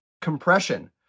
Compression